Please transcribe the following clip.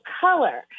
color